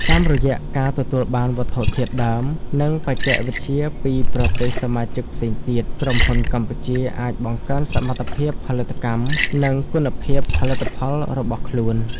តាមរយៈការទទួលបានវត្ថុធាតុដើម និងបច្ចេកវិទ្យាពីប្រទេសសមាជិកផ្សេងទៀត ក្រុមហ៊ុនកម្ពុជាអាចបង្កើនសមត្ថភាពផលិតកម្ម និងគុណភាពផលិតផលរបស់ខ្លួន។